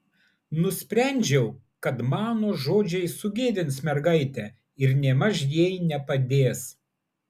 nusprendžiau kad mano žodžiai sugėdins mergaitę ir nėmaž jai nepadės